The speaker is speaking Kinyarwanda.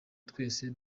twese